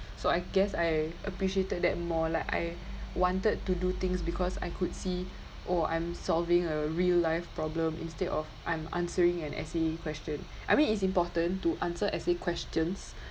so I guess I appreciated that more like I wanted to do things because I could see oh I'm solving a real life problem instead of I'm answering an essay question I mean it's important to answer essay questions